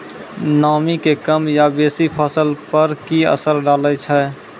नामी के कम या बेसी फसल पर की असर डाले छै?